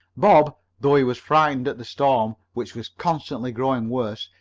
bob, though he was frightened at the storm, which was constantly growing worse,